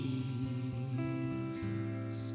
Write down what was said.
Jesus